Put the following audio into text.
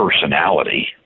personality